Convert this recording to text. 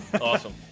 Awesome